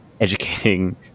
educating